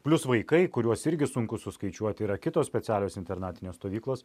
plius vaikai kuriuos irgi sunku suskaičiuoti yra kitos specialios internatinės stovyklos